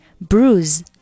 bruise